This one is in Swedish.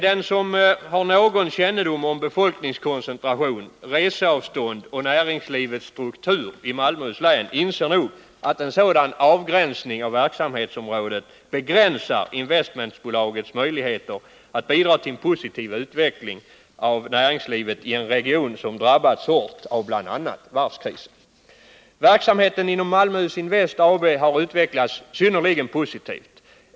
Den som har någon kännedom om befolkningskoncentration, reseavstånd och näringslivsstruktur i Malmöhus län inser nog att en sådan avgränsning av verksamhetsområdet begränsar investmentbolagets möjligheter att bidra till en positiv utveckling av näringslivet i en region som drabbats hårt av bl.a. varvskrisen. Verksamheten inom Malmöhus Invest AB har utvecklats synnerligen positivt.